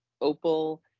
Opal